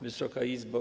Wysoka Izbo!